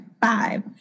five